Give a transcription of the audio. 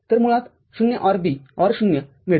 तर मुळात आपणास ० OR B OR ० मिळते